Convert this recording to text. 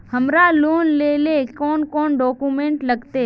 हमरा लोन लेले कौन कौन डॉक्यूमेंट लगते?